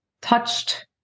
touched